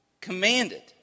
commanded